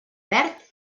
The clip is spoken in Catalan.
verd